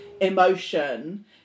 emotion